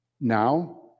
now